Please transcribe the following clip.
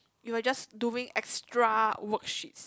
you were just doing extra worksheets